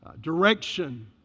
direction